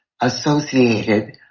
associated